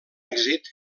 èxit